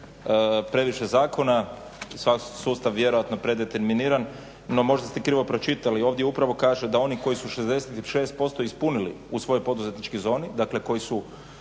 previše zakona i sustav vjerojatno predeterminiran, no možda ste krivo pročitali. Ovdje upravo kaže da oni koji su 66% ispunili u svojoj poduzetničkoj zoni, dakle koji su